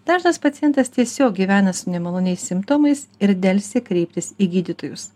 dažnas pacientas tiesiog gyvena su nemaloniais simptomais ir delsia kreiptis į gydytojus